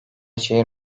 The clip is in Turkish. şehir